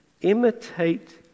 imitate